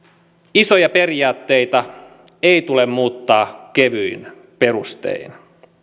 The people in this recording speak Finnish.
isoja periaatteita ei tule muuttaa kevyin perustein